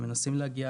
מנסים להגיע